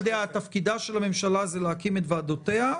תפקידה של הממשלה זה להקים את ועדותיה,